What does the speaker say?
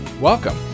Welcome